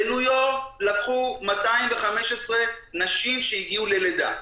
בניו יורק לקחו 215 נשים שהגיעו ללידה,